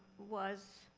was,